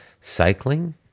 Cycling